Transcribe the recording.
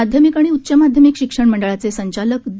माध्यमिक आणि उच्च माध्यमिक शिक्षण मंडळाचे संचालक द